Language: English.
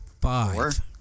Five